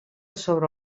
sobre